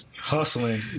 Hustling